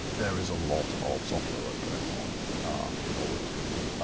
there is a lot of software work going on in order to